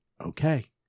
okay